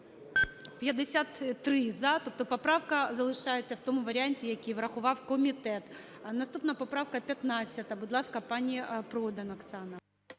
53 – за, тобто поправка залишається в тому варіанті, який врахував комітет. Наступна поправка 15. Будь ласка, пані Продан Оксана.